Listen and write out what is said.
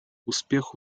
успех